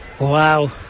Wow